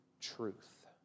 truth